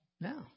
No